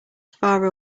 far